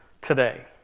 today